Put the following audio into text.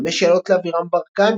חמש שאלות לאבירם ברקאי,